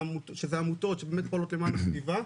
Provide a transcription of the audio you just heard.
שזה עמותות שבאמת פועלות למען הסביבה,